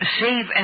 save